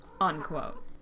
Unquote